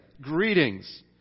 Greetings